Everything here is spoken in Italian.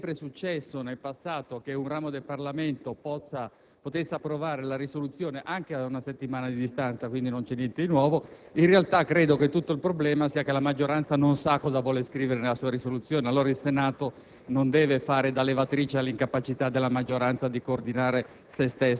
È sempre successo nel passato che un ramo del Parlamento approvasse delle risoluzioni anche a una settimana di distanza, quindi non c'è niente di nuovo. In realtà, credo che tutto il problema sia dovuto al fato che la maggioranza non sa cosa vuole scrivere nella sua risoluzione; ma allora il Senato non deve fare da levatrice all'incapacità della maggioranza di coordinare se